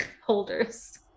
holders